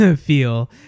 feel